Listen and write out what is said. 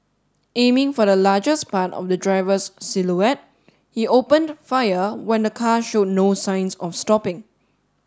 aiming for the largest part of the driver's silhouette he opened fire when the car showed no signs of stopping